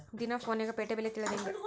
ದಿನಾ ಫೋನ್ಯಾಗ್ ಪೇಟೆ ಬೆಲೆ ತಿಳಿಯೋದ್ ಹೆಂಗ್?